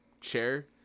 chair